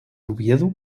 oviedo